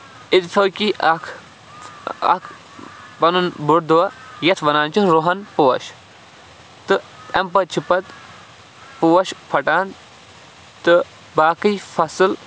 اِتفٲقی اکھ اکھ پَنُن بوٚڑ دۄہ یَتھ وَنان چھِ روٚہن پوش تہٕ اَمہِ پَتہٕ چھِ پَتہٕ پوش پھٹان تہٕ باقٕے فصٕل